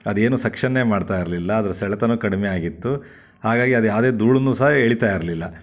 ಅದೇನು ಸಕ್ಷನ್ನೇ ಮಾಡ್ತಾ ಇರಲಿಲ್ಲ ಅದರ ಸೆಳೆತಾನೂ ಕಡಿಮೆ ಆಗಿತ್ತು ಹಾಗಾಗಿ ಅದು ಯಾವುದೇ ಧೂಳನ್ನು ಸಹ ಎಳೀತಾ ಇರಲಿಲ್ಲ